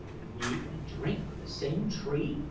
meat and drink on the same tree!